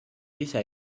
ise